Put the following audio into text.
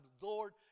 Lord